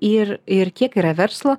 ir ir kiek yra verslo